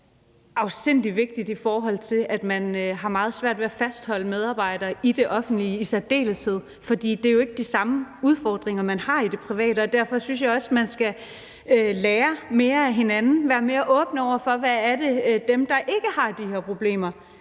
jeg er afsindig vigtigt, i forhold til at man har meget svært ved at fastholde medarbejdere i det offentlige i særdeleshed. For det er jo ikke de samme udfordringer, man har i det private, og derfor synes jeg også, man skal lære mere af hinanden og være mere åbne over for: Hvad er det, dem, der ikke har de her problemer,